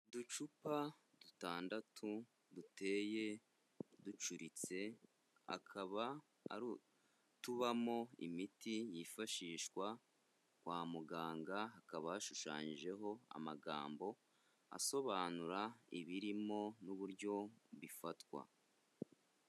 Uducupa dutandatu duteye ducuritse, akaba tubamo imiti yifashishwa kwa muganga hakaba hashushanyijeho amagambo asobanura ibirimo n'uburyo bifatwa.